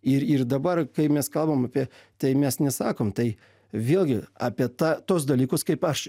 ir ir dabar kai mes kalbam apie tai mes nesakom tai vėlgi apie tą tuos dalykus kaip aš